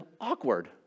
awkward